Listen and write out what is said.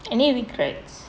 any regrets